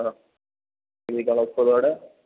ആ ഡീഗളക്കൊളുവാട്